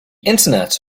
internet